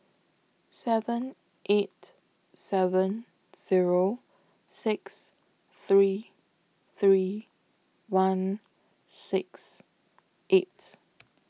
seven eight seven Zero six three three one six eight